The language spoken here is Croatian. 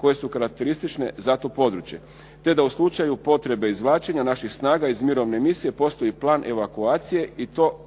koje su karakteristične za to područje, te da u slučaju potrebe izvlačenja naših snaga iz mirovne misije postoji plan evakuacije i to